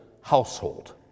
household